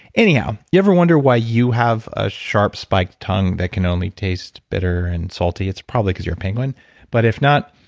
anyhow, you ever wonder why you have a sharp spiked tongue that can only taste bitter and salty? it's probably because you're a penguin but if not,